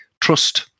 trust